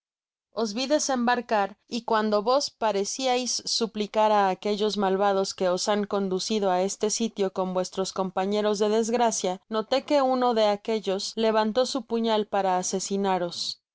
os vi desembarcar y cuando vos pareciais suplicar á aquellos malvados que os ban conducido á este sitio con vuestros compañeros de desgracia noté que uno de aquellos levantó su puñal para asesinaros